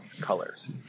colors